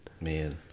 Man